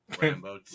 Rambo